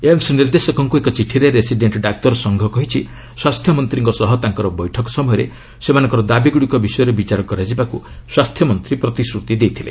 AIIMS ନିର୍ଦ୍ଦେଶକଙ୍କୁ ଏକ ଚିଠିରେ ରେସିଡେଣ୍ଟ ଡାକ୍ତର ସଂଘ କହିଛି ସ୍ୱାସ୍ଥ୍ୟମନ୍ତ୍ରୀଙ୍କ ସହ ତାଙ୍କର ବୈଠକ ସମୟରେ ସେମାନଙ୍କର ଦାବିଗୁଡ଼ିକ ବିଷୟରେ ବିଚାର କରାଯିବାକୁ ସ୍ୱାସ୍ଥ୍ୟମନ୍ତ୍ରୀ ପ୍ରତିଶ୍ରତି ଦେଇଛନ୍ତି